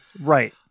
right